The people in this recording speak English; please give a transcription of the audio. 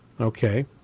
okay